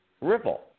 Ripple